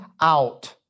out